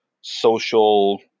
social